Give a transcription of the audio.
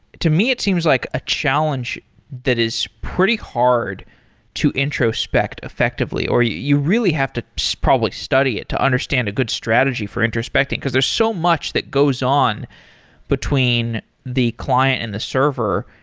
to me it seems like a challenge that is pretty hard to introspect effectively, or you really have to so probably study it to understand a good strategy for introspecting, because there's so much that goes on between the client and the server.